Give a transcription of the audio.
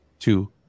two